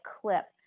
clip